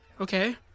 Okay